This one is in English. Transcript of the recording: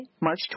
March